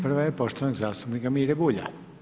Prva je poštovanog zastupnika Mire Bulja.